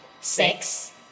Six